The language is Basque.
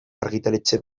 argitaletxe